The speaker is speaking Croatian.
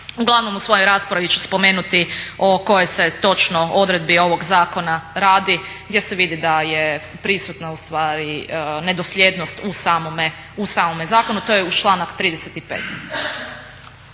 Uglavnom u svojoj raspravi ću spomenuti o kojoj se točno odredbi ovog zakona radi gdje se vidi da je prisutna ustvari nedosljednost u samome zakonu, to je članak 35.